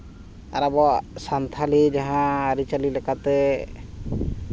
ᱟᱨ ᱟᱵᱚᱣᱟᱜ ᱡᱟᱦᱟᱸ ᱥᱟᱱᱛᱷᱟᱞᱤ ᱟᱹᱨᱤᱪᱟᱹᱞᱤ ᱞᱮᱠᱟᱛᱮ